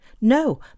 No